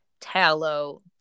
tallow